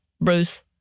Bruce